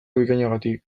bikainagatik